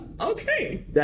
Okay